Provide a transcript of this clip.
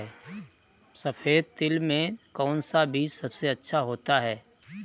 सफेद तिल में कौन सा बीज सबसे अच्छा होता है?